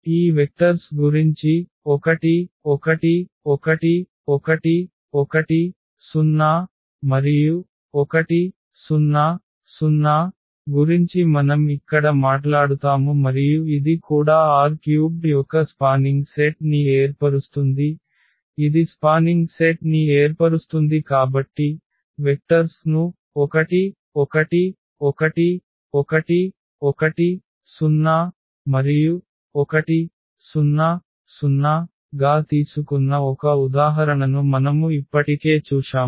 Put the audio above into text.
ఈ వెక్టర్స్ గురించి 1 1 1 1 1 0 1 0 0 గురించి మనం ఇక్కడ మాట్లాడుతాము మరియు ఇది కూడా R³ యొక్క స్పానింగ్ సెట్ ని ఏర్పరుస్తుంది ఇది స్పానింగ్ సెట్ ని ఏర్పరుస్తుంది కాబట్టి వెక్టర్స్ ను 1 1 1 1 1 0 1 0 0 గా తీసుకున్న ఒక ఉదాహరణను మనము ఇప్పటికే చూశాము